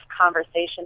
conversation